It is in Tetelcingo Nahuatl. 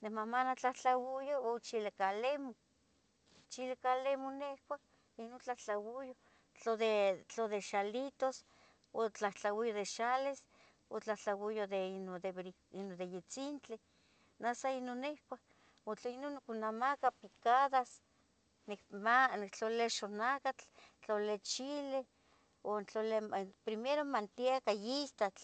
nicmahmana tlahtlaoyo o chili ica lemon, chili ica lemon nicuah Inon notlahtlaoyoh, lo de xalitos, o tlahtlaoyo de xales o tlahtlaoyoh de inon frijoles de yetzintli, neh san Inon nicuah o tla inon niconamaca picadas, nictlolilia xonacatl, nictlolilia chile, primiero mantieca, yistatl,